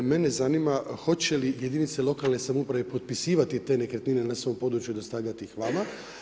Mene zanima, hoće li jedinice lokalne samouprave potpisivati te nekretnine na svom području i dostavljati ih vama.